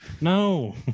No